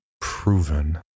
proven